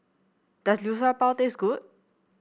does Liu Sha Bao taste good